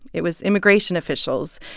it was immigration officials.